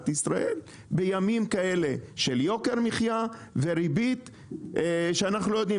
ישראל בימים של יוקר מחייה וריבית שאנחנו לא יודעים